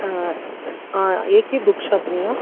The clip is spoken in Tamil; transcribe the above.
ஆ ஆ ஏகே புக் ஷாப்புங்களா